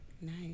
nice